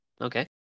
okay